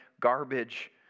garbage